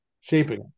shaping